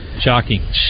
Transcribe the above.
Shocking